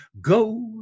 go